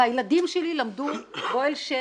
הילדים שלי למדו ב'אהל שם'